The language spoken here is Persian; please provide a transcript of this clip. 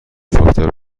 فاکتور